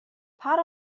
part